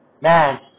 Man